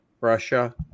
Russia